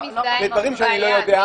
זה דברים שאני לא יודע.